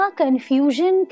confusion